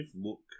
look